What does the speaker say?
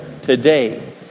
today